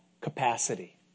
capacity